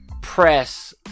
Press